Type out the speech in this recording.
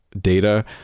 data